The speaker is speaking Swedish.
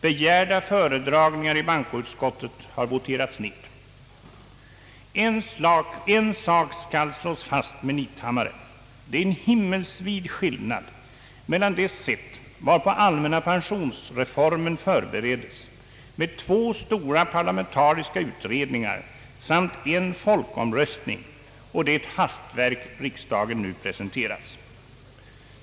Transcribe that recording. Begärda föredragningar i bankoutskottet har voterats ned. En sak kan slås fast med nithammare. Det är en himmelsvid skillnad mellan det sätt, varpå allmänna pensionsreformen förbereddes med två stora parlamentariska utredningar och en folkomröstning, och det hastverk som riksdagen nu presenterats.